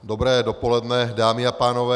Dobré dopoledne, dámy a pánové.